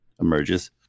emerges